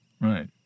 Right